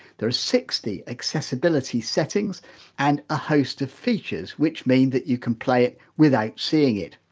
there are sixty accessibility settings and a host of features, which mean that you can play it without seeing it.